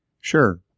Sure